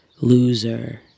loser